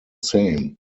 same